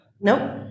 Nope